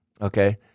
Okay